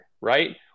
right